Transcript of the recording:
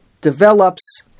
develops